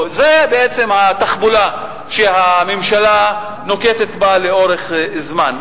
או זה בעצם התחבולה שהממשלה נוקטת לאורך זמן,